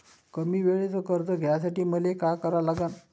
कमी वेळेचं कर्ज घ्यासाठी मले का करा लागन?